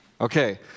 Okay